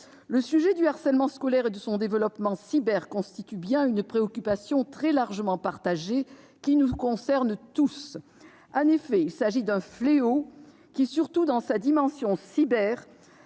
du Sénat. Le harcèlement scolaire et son développement dans le cyberespace constituent une préoccupation très largement partagée, qui nous concerne tous. En effet, il s'agit d'un fléau qui, surtout dans sa dimension « cyber